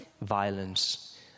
violence